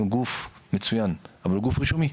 הם גוף מצוין אבל הוא גוף רישומי.